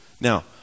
Now